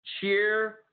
cheer